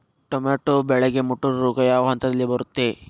Tomato ಬೆಳೆಗೆ ಮುಟೂರು ರೋಗ ಯಾವ ಹಂತದಲ್ಲಿ ಬರುತ್ತೆ?